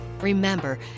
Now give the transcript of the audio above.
Remember